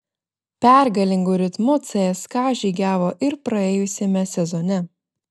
pergalingu ritmu cska žygiavo ir praėjusiame sezone